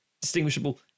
distinguishable